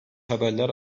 haberler